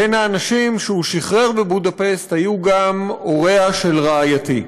בין האנשים שהוא שחרר בבודפשט היו גם הוריה של רעייתי.